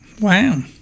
Wow